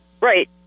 Right